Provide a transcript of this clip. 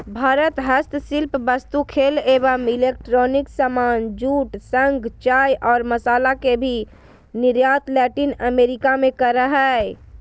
भारत हस्तशिल्प वस्तु, खेल एवं इलेक्ट्रॉनिक सामान, जूट, शंख, चाय और मसाला के भी निर्यात लैटिन अमेरिका मे करअ हय